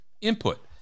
input